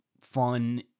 fun